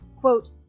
quote